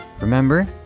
Remember